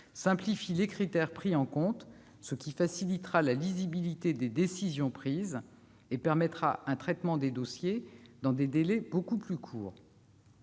simplifie les critères pris en compte, ce qui facilitera la lisibilité des décisions prises et permettra un traitement des dossiers dans des délais beaucoup plus courts.